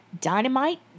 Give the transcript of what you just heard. Dynamite